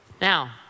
Now